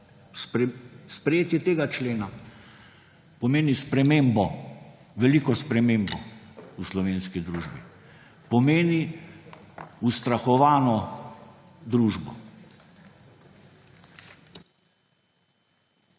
sprejetje tega člena? Pomeni spremembo, veliko spremembo v slovenski družbi. Pomeni ustrahovano družbo.